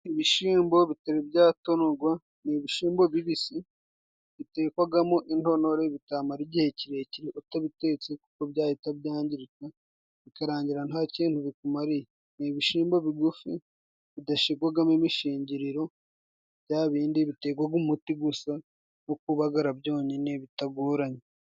Ibishimbo bitari byatonorwa ni ibishimbo bibisi, bitekwagamo intonore, bitamara igihe kirekire utabitetse kuko byahita byangirika bikarangira nta kintu bikumariye. Ni ibishimbo bigufi bidashigwagamo imishingiriro, bya bindi bitegwaga umuti gusa no kubagara byonyine bitagoranye.